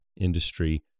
industry